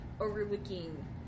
overlooking